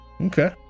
Okay